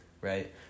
right